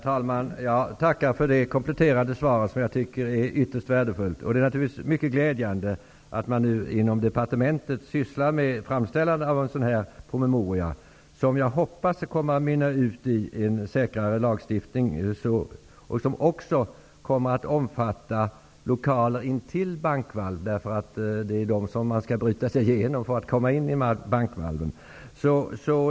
Herr talman! Jag tackar för det kompletterande svaret, som jag tycker är ytterst värdefullt. Det är naturligtvis mycket glädjande att man nu inom departementet håller på att framställa en promemoria, som jag hoppas skall mynna ut i en säkrare lagstiftning och som också kommer att omfatta lokaler intill bankvalv, eftersom det är dem som man måste bryta sig igenom för att komma in i valven.